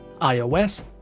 iOS